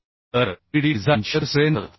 तर Vd design shear strength 34